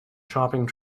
shopping